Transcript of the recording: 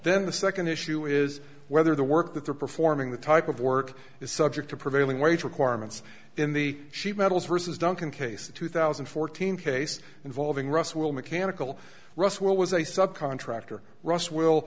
then the second issue is whether the work that they're performing the type of work is subject to prevailing wage requirements in the sheet metal versus duncan case two thousand and fourteen case involving russell mechanical roswell was a subcontractor r